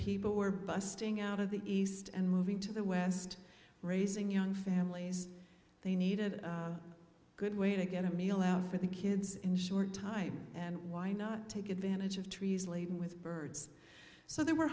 people were busting out of the east and moving to the west raising young families they needed a good way to get a meal out for the kids in short time and why not take advantage of trees laden with birds so there were